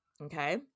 Okay